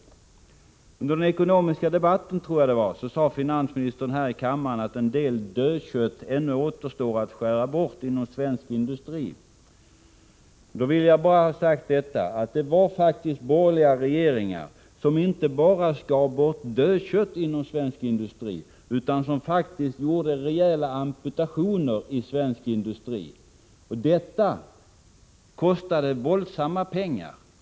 Jag tror att det var under den ekonomiska debatten som finansministern här i kammaren sade att en del dödkött ännu återstod att skära bort inom svensk industri. Då vill jag bara ha sagt att det faktiskt var borgerliga regeringar som inte bara skar bort dödkött inom svensk industri utan faktiskt gjorde rejäla amputationer i svensk industri. Detta kostade oerhört mycket pengar.